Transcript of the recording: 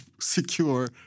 secure